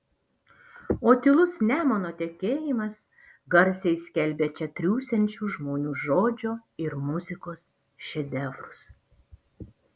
o tylus nemuno tekėjimas garsiai skelbia čia triūsiančių žmonių žodžio ir muzikos šedevrus